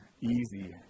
easy